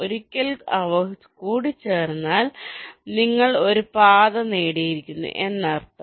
ഒരിക്കൽ അവ കൂടിച്ചേർന്നാൽ നിങ്ങൾ ഒരു പാത നേടിയിരിക്കുന്നു എന്നർത്ഥം